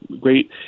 great